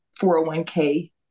401k